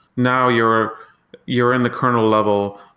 now you're you're in the kernel level.